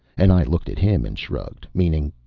and i looked at him and shrugged, meaning,